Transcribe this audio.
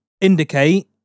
indicate